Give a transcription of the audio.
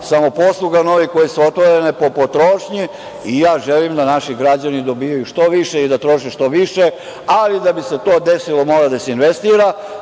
samoposluga koje su otvorene, po potrošnji.I želim da naši građani dobijaju što više i da troše što više, ali da bi se to desilo mora da se investira,